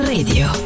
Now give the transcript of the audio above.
Radio